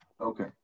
Okay